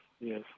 yes